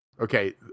okay